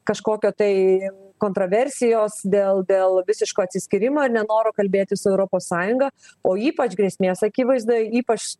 kažkokio tai kontroversijos dėl dėl visiško atsiskyrimo ir nenoro kalbėti su europos sąjunga o ypač grėsmės akivaizdoj ypač